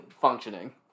functioning